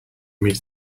meet